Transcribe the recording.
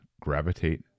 gravitate